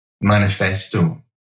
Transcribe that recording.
manifesto